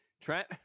Trent